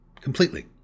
Completely